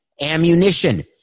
ammunition